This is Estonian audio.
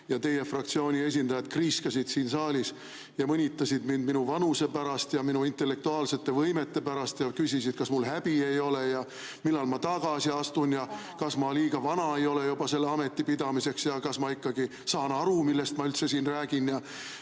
teie fraktsiooni esindajad kriiskasid siin saalis, mõnitasid mind minu vanuse pärast ja minu intellektuaalsete võimete pärast ja küsisid, kas mul häbi ei ole, millal ma tagasi astun, kas ma liiga vana ei ole juba selle ameti pidamiseks ja kas ma saan aru, millest ma üldse siin räägin.